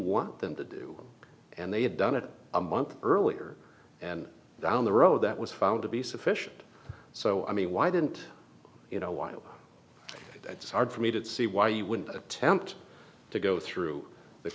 want them to do and they have done it a month earlier and down the road that was found to be sufficient so i mean why didn't you know why that's hard for me to see why you would attempt to go through the